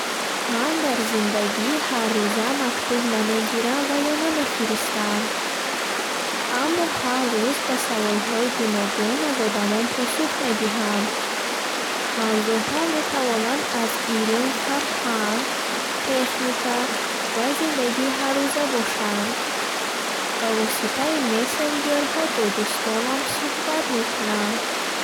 Ман дар зиндагии ҳарруза мактуб намегирам ва ё намефиристам. Аммо ҳар рӯз ба саволҳои гуногун аз одамон посух медиҳам. Мавзӯъҳо метавонанд аз илм, фарҳанг, техника ва зиндагии ҳаррӯза бошанд. Ба воситаи месенҷерҳо бо дӯстонам сӯҳбат мекунам.